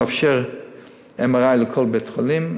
לאפשר MRI לכל בית-חולים,